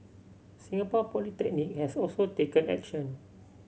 Singapore Polytechnic has also taken action